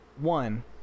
One